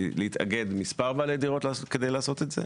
להתאגד מספר בעלי דירות כדי לעשות את זה